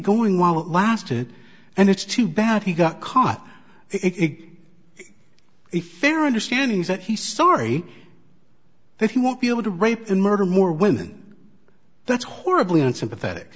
going while it lasted and it's too bad he got caught it be a fair understanding that he's sorry that he won't be able to rape and murder more women that's horribly unsympathetic